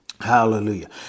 Hallelujah